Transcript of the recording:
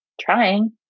trying